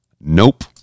Nope